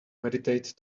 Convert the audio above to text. meditate